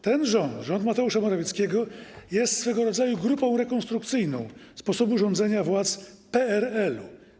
Ten rząd, rząd Mateusza Morawieckiego, jest swego rodzaju grupą rekonstrukcyjną sposobu rządzenia władz PRL-u.